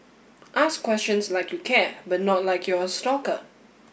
ask questions like you care but not like you're a stalker